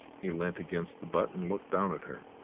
he leant against the butt and looked down at her.